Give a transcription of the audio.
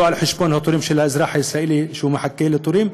לא על חשבון התורים של האזרח הישראלי שמחכה לתורים,